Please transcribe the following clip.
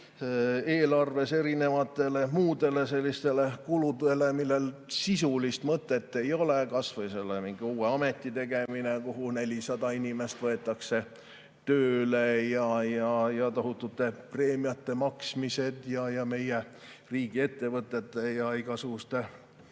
eelarves muid selliseid kulutusi, millel sisulist mõtet ei ole, kasvõi mingi uue ameti tegemist, kuhu 400 inimest võetakse tööle, ja tohutute preemiate maksmist, meie riigiettevõtete ja igasuguste